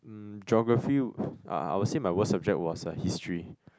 um geography uh I will say my worse subject was uh history